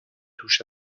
touche